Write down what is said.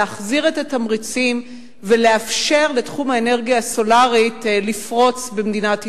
להחזיר את התמריצים ולאפשר לתחום האנרגיה הסולרית לפרוץ במדינת ישראל.